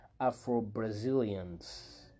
Afro-Brazilians